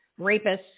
rapists